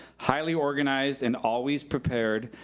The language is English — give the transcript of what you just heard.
highly organized and always prepared,